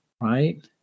right